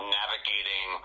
navigating